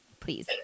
please